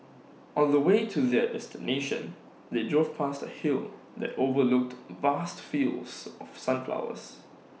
on the way to their destination they drove past A hill that overlooked vast fields of sunflowers